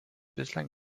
bislang